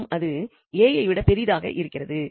மேலும் அது 𝑎 ஐ விட பெரிதாக இருக்கிறது